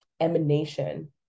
emanation